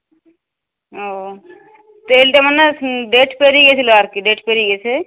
ও তেলটা মানে ডেট পেরিয়ে গেছিলো আর কি ডেট পেরিয়ে গেছে